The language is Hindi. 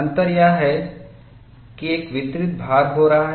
अंतर यह है कि एक वितरित भार हो रहा है